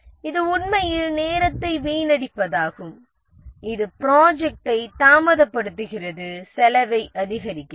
இது உண்மையில் நேரத்தை வீணடிப்பதாகும் இது ப்ராஜெக்ட்டை தாமதப்படுத்துகிறது செலவை அதிகரிக்கிறது